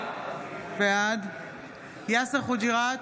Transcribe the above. בעד יאסר חוג'יראת,